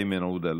איימן עודה,